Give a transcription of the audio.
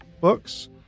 books